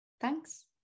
thanks